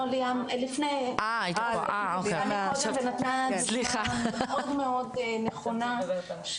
ליאם נתנה דוגמה מאוד נכונה,